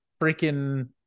freaking